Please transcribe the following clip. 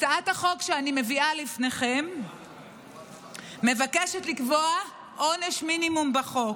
הצעת החוק שאני מביאה לפניכם מבקשת לקבוע עונש מינימום בחוק,